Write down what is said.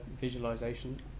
visualization